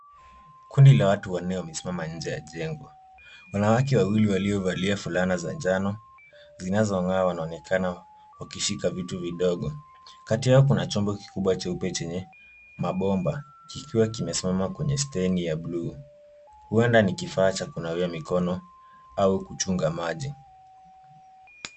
Kundi la watu wanne wamesima nje ya jengo. Wanawake wawili waliovalia fulana za njano zinazong'aa wanaonekana wakishika vitu vidogo. Kati yao kuna chombo kikubwa cheupe chenye mabomba, kikiwa kimesimama kwenye stendi ya blue , huenda ni kifaa cha kunawia mikono au kuchunga maji.